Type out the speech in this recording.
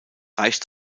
reicht